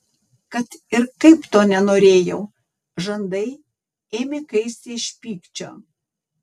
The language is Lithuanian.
kad ir kaip to nenorėjau žandai ėmė kaisti iš pykčio